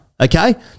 Okay